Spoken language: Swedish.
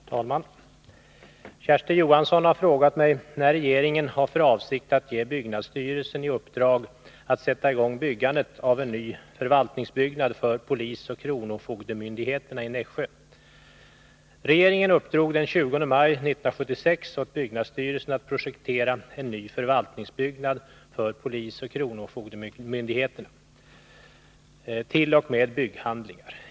Herr talman! Kersti Johansson har frågat mig när regeringen har för avsikt att ge byggnadsstyrelsen i uppdrag att sätta i gång byggandet av en ny förvaltningsbyggnad för polisoch kronofogdemyndigheterna i Nässjö. Regeringen uppdrog den 20 maj 1976 åt byggnadsstyrelsen att t.o.m. bygghandlingar projektera en ny förvaltningsbyggnad för polisoch kronofogdemyndigheterna i Nässjö.